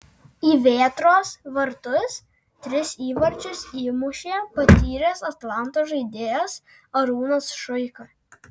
į vėtros vartus tris įvarčius įmušė patyręs atlanto žaidėjas arūnas šuika